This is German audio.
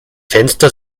fenster